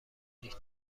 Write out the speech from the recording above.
دید